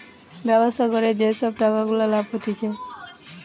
ব্যবসা করে যে সব টাকা গুলা লাভ হতিছে